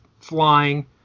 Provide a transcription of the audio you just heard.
flying